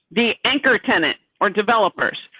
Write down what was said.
the anchor tenant or developers,